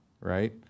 right